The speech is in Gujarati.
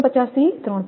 49 થી 3